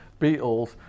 Beatles